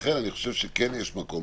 לכן אני חושב שכן יש מקום